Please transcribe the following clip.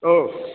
औ